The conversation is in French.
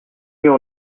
mieux